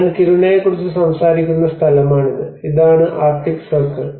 ഞാൻ കിരുണയെക്കുറിച്ച് സംസാരിക്കുന്ന സ്ഥലമാണിത് ഇതാണ് ആർട്ടിക് സർക്കിൾ